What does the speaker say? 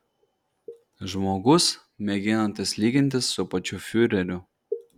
žmogus mėginantis lygintis su pačiu fiureriu